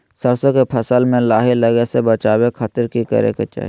सरसों के फसल में लाही लगे से बचावे खातिर की करे के चाही?